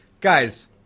Guys